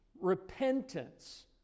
repentance